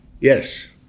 Yes